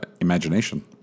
imagination